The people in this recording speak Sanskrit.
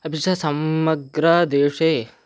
अपि च समग्रदेशे